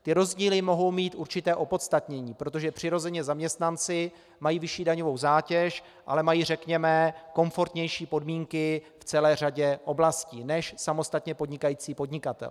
Ty rozdíly mohou mít určité opodstatnění, protože zaměstnanci mají přirozeně vyšší daňovou zátěž, ale mají, řekněme, komfortnější podmínky v celé řadě oblastí než samostatně podnikající podnikatel.